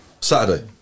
Saturday